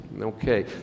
Okay